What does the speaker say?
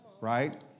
Right